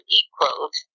equaled